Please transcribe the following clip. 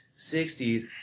60s